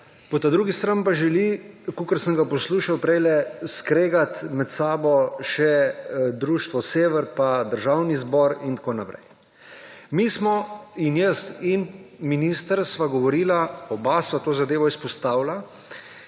po drugi strani pa želi, kolikor sem ga poslušal prej, skregati med seboj še Združenje Sever in Državni zbor in tako naprej. In jaz in minister sva govorila, oba sva to zadevo izpostavila